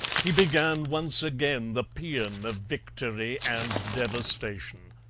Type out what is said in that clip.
he began once again the paean of victory and devastation.